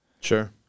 Sure